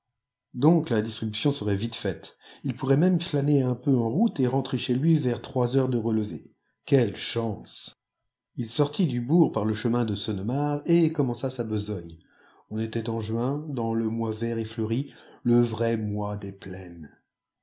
donc la distribution serait vite faite il pourrait même flâner un peu en route et rentrer chez lui vers trois heures de relevée quelle chance ii sortit du bourg par le chemin de sennemare et commença sa besogne on était en juin dans le mois vert et fleuri le vrai mois des plaines